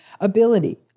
Ability